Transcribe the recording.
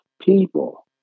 people